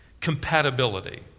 Compatibility